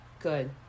good